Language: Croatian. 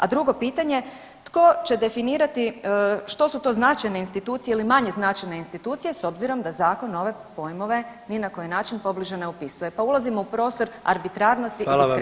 A drugo pitanje, tko će definirati što su to značajne institucije ili manje značajne institucije s obzirom da Zakon ove pojmove ni na koji način pobliže ne opisuje pa ulazimo u prostor arbitrarnosti i diskrecije [[Upadica: Hvala vam lijepa.]] Hvala.